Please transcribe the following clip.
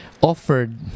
offered